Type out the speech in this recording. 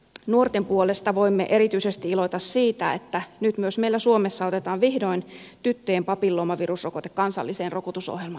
nuorten puolesta voimme erityisesti iloita siitä että nyt myös meillä suomessa otetaan vihdoin tyttöjen papilloomavirusrokote kansalliseen rokotusohjelmaan